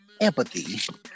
empathy